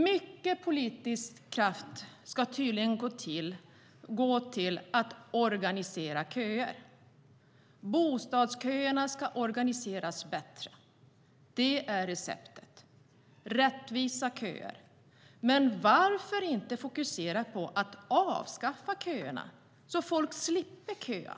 Mycket politisk kraft ska tydligen gå till att organisera köer. Bostadsköerna ska organiseras bättre. Det är receptet. Det ska vara rättvisa köer. Men varför inte fokusera på att avskaffa köerna, så att folk slipper köa?